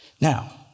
Now